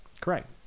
Correct